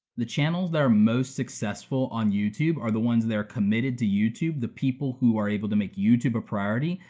the channels that are most successful on youtube are the ones that are committed to youtube, the people who are able to make youtube a priority,